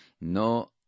No